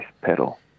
pedal